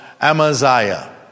Amaziah